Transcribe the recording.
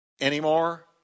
Anymore